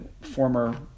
former